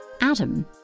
Adam